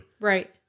Right